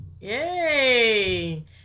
Yay